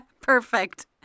perfect